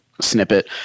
snippet